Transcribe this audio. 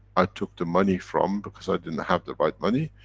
i took the money from, because i didn't have the right money,